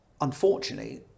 unfortunately